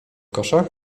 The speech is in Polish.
kosza